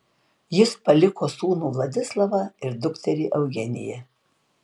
jis paliko sūnų vladislovą ir dukterį eugeniją